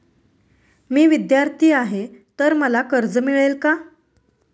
मी विद्यार्थी आहे तर मला कर्ज मिळेल का?